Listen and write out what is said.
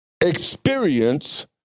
experience